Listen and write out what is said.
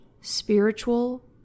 spiritual